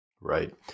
Right